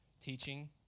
teaching